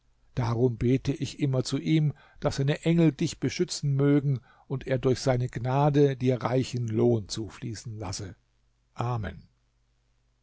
darum bete ich immer zu ihm daß seine engel dich beschützen mögen und er durch seine gnade dir reichen lohn zufließen lasse amen